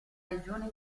regione